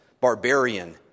barbarian